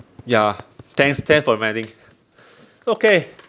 ya thanks thanks for reminding okay